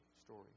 story